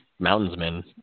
mountainsmen